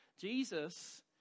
Jesus